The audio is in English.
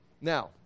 now